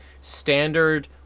standard